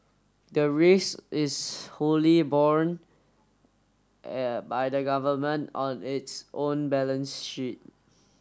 the risk is wholly borne by the government on its own balance sheet